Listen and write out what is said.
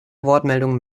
wortmeldungen